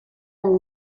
amb